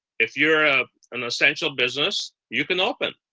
if you're ah an essential business, you can open.